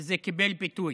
וזה קיבל ביטוי.